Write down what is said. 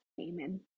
Amen